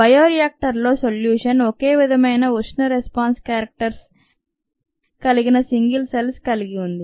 bio reactor లో solution ఒకే విధమైన ఉష్ణ రెస్పాన్స్ క్యారెక్టర్స కలిగిన సింగల్ సెల్స్ కలిగి ఉంటుంది